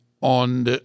on